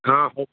ହଁ